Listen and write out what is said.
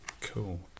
Cool